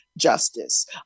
justice